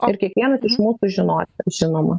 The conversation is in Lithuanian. ir kiekvienas iš mūsų žinoti žinoma